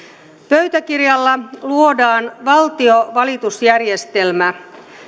pöytäkirjalla luodaan valtiovalitusjärjestelmä